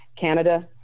Canada